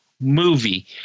movie